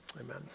Amen